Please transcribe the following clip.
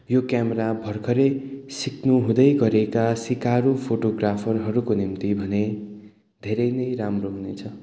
यो क्यामेरा भर्खरै सिक्नु हुँदैगरेका सिकारु फोटोग्राफरहरूको निम्ति भने धेरै नै राम्रो हुनेछ